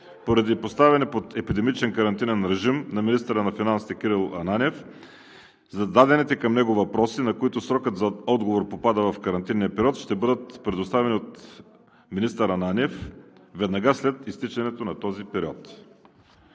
Поради поставяне под епидемичен карантинен режим на министъра на финансите Кирил Ананиев зададените към него въпроси, на които срокът за отговор попада в карантинния период, ще бъдат предоставени от министър Ананиев веднага след изтичането на този период.